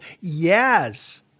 yes